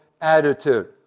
attitude